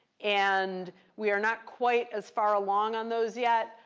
and we are not quite as far along on those yet,